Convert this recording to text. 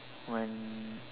when